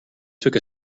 took